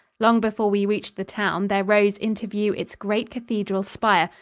long before we reached the town there rose into view its great cathedral spire,